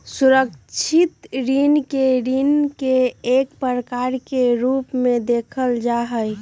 सुरक्षित ऋण के ऋण के एक प्रकार के रूप में देखल जा हई